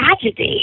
tragedy